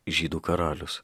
žydų karalius